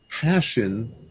passion